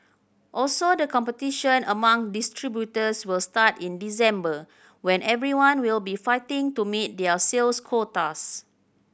also the competition among distributors will start in December when everyone will be fighting to meet their sales quotas